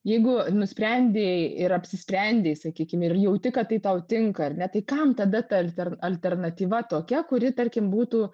jeigu nusprendei ir apsisprendei sakykim ir jauti kad tai tau tinka ar ne tai kam tada ta alter alternatyva tokia kuri tarkim būtų